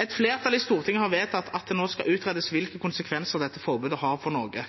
Et flertall i Stortinget har vedtatt at det nå skal utredes hvilke konsekvenser dette forbudet har for Norge,